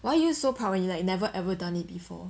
why are you so proud when you've never ever done it before